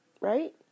right